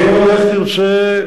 תרצה,